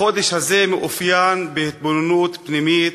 החודש הזה מתאפיין בהתבוננות פנימית,